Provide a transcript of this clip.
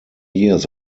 years